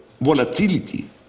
volatility